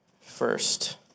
first